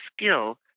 skill